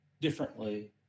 differently